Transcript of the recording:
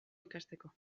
ikasteko